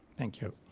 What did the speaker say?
thank you.